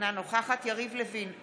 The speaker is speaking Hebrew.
אינה נוכחת יריב לוין,